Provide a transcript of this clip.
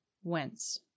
whence